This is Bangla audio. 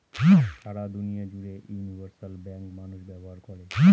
সারা দুনিয়া জুড়ে ইউনিভার্সাল ব্যাঙ্ক মানুষ ব্যবহার করে